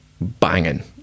banging